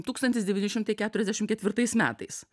tūkstantis devyni šimtai keturiasdešim ketvirtais metais